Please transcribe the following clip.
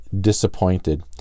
disappointed